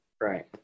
Right